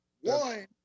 One